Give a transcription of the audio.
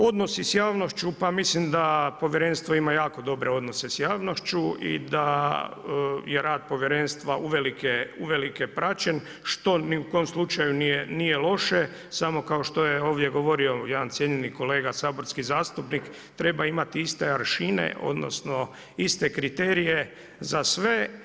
Odnosi s javnošću, pa mislim da povjerenstvo ima jako dobre odnose s javnošću i da je rad povjerenstva uvelike praćen, što ni u kojem slučaju nije loše, samo kao što je ovdje govorio jedan cijenjeni kolega saborski zastupnik, treba imati iste aršine, odnosno, iste kriterije za sve.